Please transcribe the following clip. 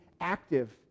active